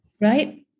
right